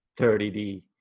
30D